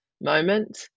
moment